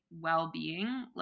well-being